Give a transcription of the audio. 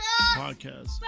podcast